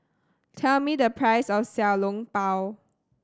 tell me the price of Xiao Long Bao